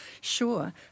Sure